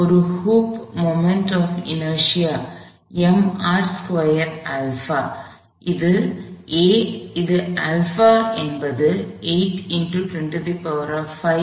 ஒரு ஹூப் இன் moment of inertia mr2 α இது α என்பது 8x105 N வகுத்தல் 6